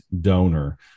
donor